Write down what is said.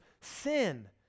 sin